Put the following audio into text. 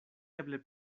eble